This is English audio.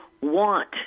want